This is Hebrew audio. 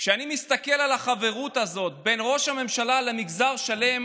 כשאני מסתכל על החברות הזאת בין ראש הממשלה למגזר שלם